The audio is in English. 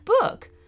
book